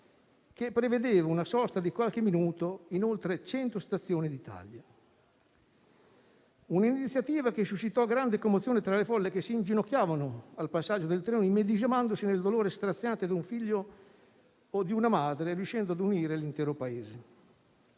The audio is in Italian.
che prevedeva una sosta di qualche minuto in oltre 100 stazioni d'Italia. Un'iniziativa che suscitò grande commozione tra le folle, che si inginocchiavano al passaggio del treno immedesimandosi nel dolore straziante di un figlio o di una madre, riuscendo a unire l'intero Paese.